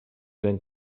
ben